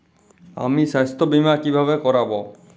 আমি স্বাস্থ্য বিমা কিভাবে করাব?